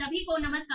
सभी को नमस्कार